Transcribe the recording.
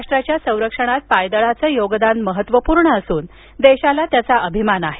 राष्ट्राच्या संरक्षणात पायदळाचं योगदान महत्त्वपूर्ण असून देशाला त्याचा अभिमान आहे